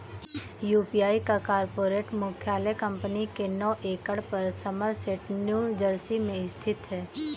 UPI का corporate मुख्यालय company के नौ एकड़ पर समरसेट न्यू जर्सी में स्थित है